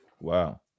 Wow